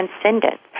transcendence